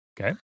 Okay